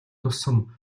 тусам